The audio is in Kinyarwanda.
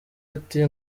ati